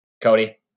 Cody